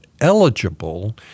eligible